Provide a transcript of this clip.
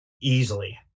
easily